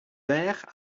vayres